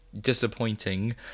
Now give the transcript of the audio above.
disappointing